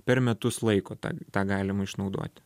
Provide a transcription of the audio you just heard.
per metus laiko tą tą galima išnaudoti